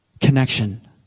connection